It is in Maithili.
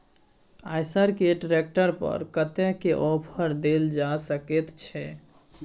आयसर के ट्रैक्टर पर कतेक के ऑफर देल जा सकेत छै?